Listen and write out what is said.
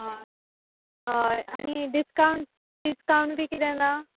आनी discount discount बी कितें ना